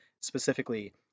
specifically